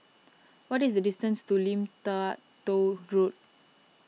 what is the distance to Lim Tua Tow Road